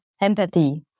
empathy